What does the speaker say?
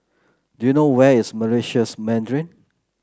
do you know where is Meritus Mandarin